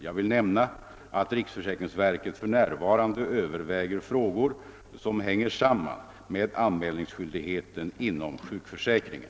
Jag vill nämna att riksförsäkringsverket f.n. överväger frågor som hänger samman med anmälningsskyldigheten inom sjukförsäkringen.